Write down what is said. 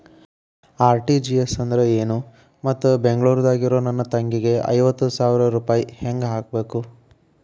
RTGS ಅಂದ್ರ ಏನು ಮತ್ತ ಬೆಂಗಳೂರದಾಗ್ ಇರೋ ನನ್ನ ತಂಗಿಗೆ ಐವತ್ತು ಸಾವಿರ ರೂಪಾಯಿ ಹೆಂಗ್ ಹಾಕಬೇಕು?